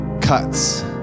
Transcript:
cuts